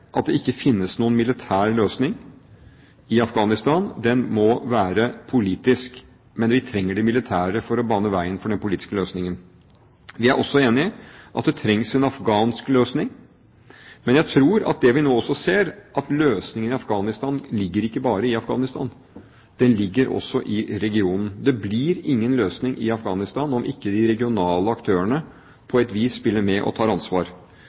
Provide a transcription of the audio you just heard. at det ikke finnes noen militær løsning i Afghanistan. Den må være politisk, men vi trenger de militære for å bane veien for den politiske løsningen. Vi er også enige om at det trengs en afghansk løsning. Men jeg tror at det vi nå ser, er at løsningen i Afghanistan ligger ikke bare i Afghanistan, den ligger også i regionen. Det blir ingen løsning i Afghanistan om ikke de regionale aktørene på et vis spiller med og tar ansvar.